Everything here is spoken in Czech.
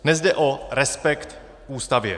Dnes jde o respekt k Ústavě.